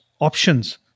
options